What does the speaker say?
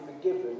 forgiven